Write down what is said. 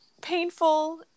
painful